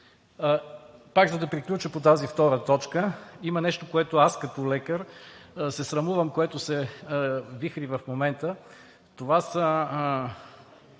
Пак, за да приключа по тази втора точка, има нещо, с което аз като лекар се срамувам, което се вихри в момента – това са